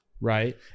Right